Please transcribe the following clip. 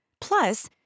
Plus